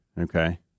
okay